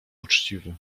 uczciwy